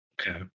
Okay